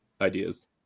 ideas